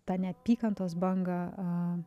tą neapykantos bangą a